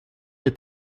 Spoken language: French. est